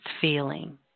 feeling